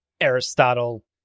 Aristotle